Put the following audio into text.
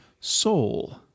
soul